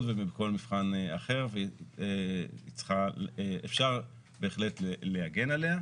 ובכל מבחן אחר ואפשר בהחלט להגן עליה.